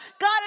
God